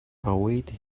await